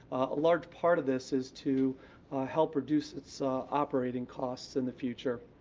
a large part of this is to help reduce its operating costs in the future.